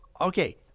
Okay